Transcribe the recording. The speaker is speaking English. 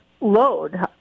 load